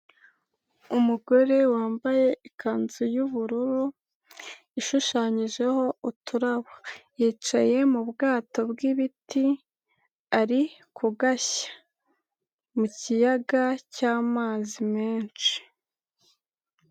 Umugore wambaye ikanzu y'ubururu ishushanyijeho uturabo, yicaye mu bwato bw'ibiti ari kugashya mu kiyaga cy'amazi menshi.